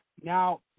Now